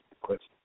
Question